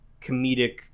comedic